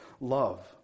love